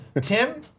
Tim